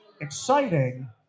exciting